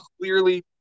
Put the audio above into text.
clearly